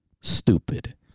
stupid